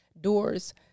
doors